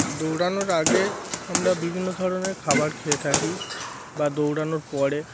দৌড়ানোর আগে আমরা বিভিন্ন ধরনের খাবার খেয়ে থাকি বা দৌড়ানোর পরে